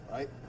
right